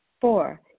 Four